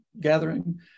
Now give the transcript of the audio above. gathering